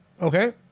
Okay